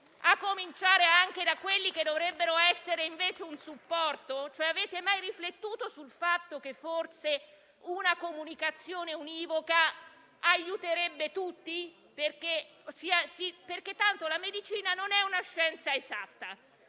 a cominciare da quelli che dovrebbero essere, invece, un supporto. Avete mai riflettuto sul fatto che forse una comunicazione univoca aiuterebbe tutti? Tanto, la medicina non è una scienza esatta.